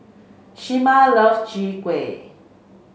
Shamar love Chai Kueh